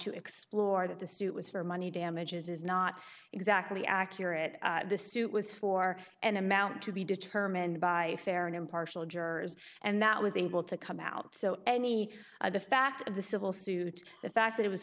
to explore that the suit was for money damages is not exactly accurate the suit was for an amount to be determined by fair and impartial jurors and that was able to come out so any of the fact of the civil suit the fact that it was